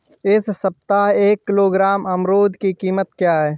इस सप्ताह एक किलोग्राम अमरूद की कीमत क्या है?